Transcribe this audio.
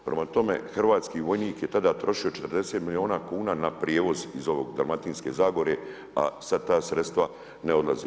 Prema tome, hrvatski vojnik je tada trošio 40 milijuna kuna na prijevoz iz Dalmatinske zagore, a sada sredstva ne odlaze.